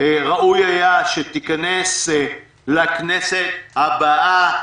ראוי היה שתיכנס לכנסת הבאה,